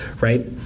right